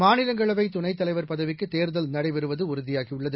மாநிலங்களவை துணைத் தலைவர் பதவிக்கு தேர்தல் நடைபெறுவது உறுதியாகியுள்ளது